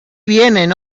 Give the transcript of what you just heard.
vienen